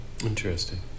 Interesting